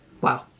Wow